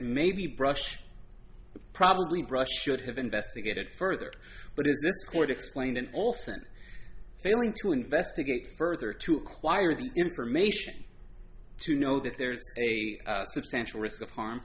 maybe brush probably brushed should have investigated further but if this court explained and also in failing to investigate further to acquire the information to know that there's a substantial risk of harm